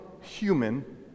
human